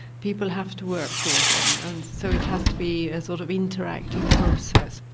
people have to work for for them and so it has to be a sort of interactive process.